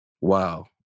wow